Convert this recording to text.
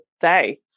day